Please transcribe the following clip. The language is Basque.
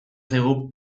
zaigu